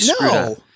No